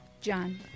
John